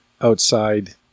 outside